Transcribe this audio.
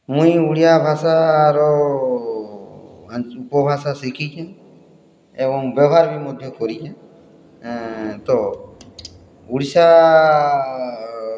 ମୁଇଁ ଓଡ଼ିଆ ଭାଷାର ଉପଭାଷା ଶିଖିଛେଁ ଏବଂ ବ୍ୟବହାର୍ ବି ମଧ୍ୟ କରିଛେଁ ତ ଓଡ଼ିଶା